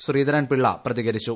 ശ്രീധരൻപിള്ള പ്രതികരിച്ചു